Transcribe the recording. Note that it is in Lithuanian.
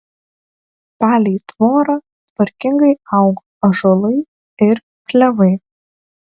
palei tvorą tvarkingai augo ąžuolai ir klevai